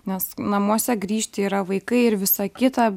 nes namuose grįžti yra vaikai ir visa kita